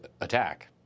attack